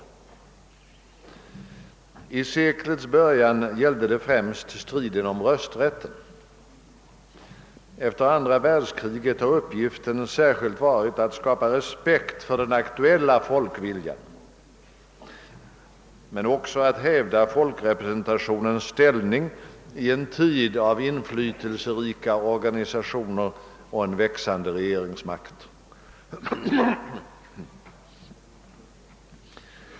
I seklets början gällde det främst striden om rösträtten. Efter andra världskriget har uppgiften särskilt varit att skapa respekt för den aktuella folkviljan men också att hävda folkrepresentationens ställning i en tid av inflytelserika organisationer och en växande regeringsmakt.